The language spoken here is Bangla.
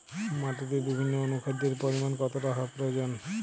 মাটিতে বিভিন্ন অনুখাদ্যের পরিমাণ কতটা হওয়া প্রয়োজন?